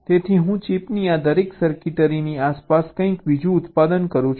તેથી હું ચિપની આ દરેક સર્કિટરીની આસપાસ કંઈક બીજું ઉત્પાદન કરું છું